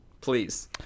Please